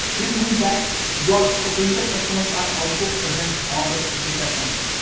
this means that your potential customers are also present on the social platforms.